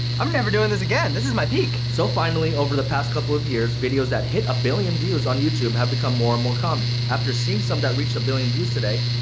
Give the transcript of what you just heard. i'm never doing this again! this is my peak! so finally, over the past couple of years, videos that hit a billion views on youtube have become more and more common. after seeing some that reached a billion views today,